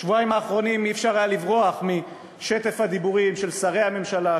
בשבועיים האחרונים אי-אפשר לברוח משטף הדיבורים של שרי הממשלה,